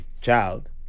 child